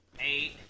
eight